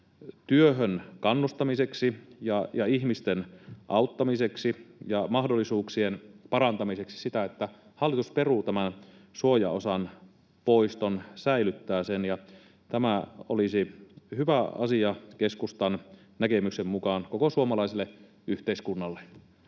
työhön kannustamiseksi ja ihmisten auttamiseksi ja mahdollisuuksien parantamiseksi sitä, että hallitus peruu tämän suojaosan poiston, säilyttää sen. Tämä olisi hyvä asia keskustan näkemyksen mukaan koko suomalaiselle yhteiskunnalle.